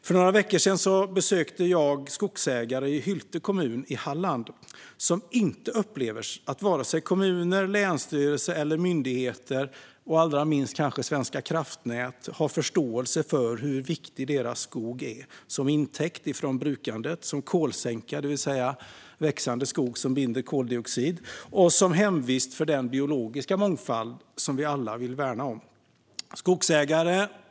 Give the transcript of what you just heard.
För några veckor sedan besökte jag skogsägare i Hylte kommun i Halland som inte upplever att vare sig kommuner, länsstyrelse eller myndigheter, och kanske allra minst Svenska kraftnät, har förståelse för hur viktig deras skog är som intäkt från brukandet, som kolsänka, det vill säga växande skog som binder koldioxid, och som hemvist för den biologiska mångfald som vi alla vill värna om. Herr talman!